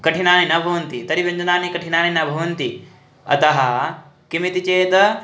कठिनानि न भवन्ति तर्हि व्यञ्जनानि कठिनानि न भवन्ति अतः किमिति चेत्